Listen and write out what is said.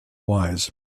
wise